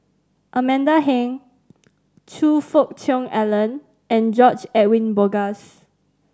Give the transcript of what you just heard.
Amanda Heng Choe Fook Cheong Alan and George Edwin Bogaars